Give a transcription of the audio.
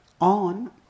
on